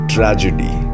Tragedy